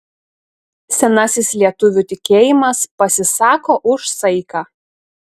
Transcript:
senasis lietuvių tikėjimas pasisako už saiką